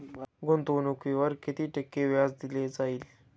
गुंतवणुकीवर किती टक्के व्याज दिले जाईल?